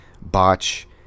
Botch